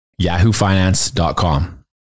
yahoofinance.com